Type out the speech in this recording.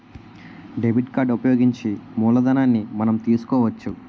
debit card ఉపయోగించి మూలధనాన్ని మనం తీసుకోవచ్చు